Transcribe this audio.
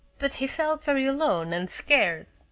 but he felt very alone, and scared.